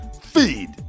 Feed